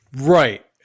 Right